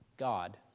God